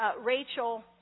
Rachel